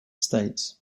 states